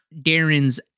Darren's